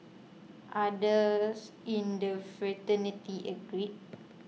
others in the fraternity agreed